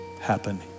happen